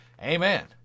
Amen